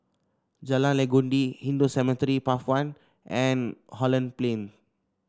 Jalan Legundi Hindu Cemetery Path one and Holland Plain